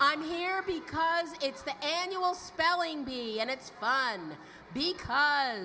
i'm here because it's the annual spelling bee and it's fine because